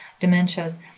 dementias